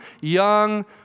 young